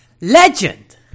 Legend